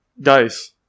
guys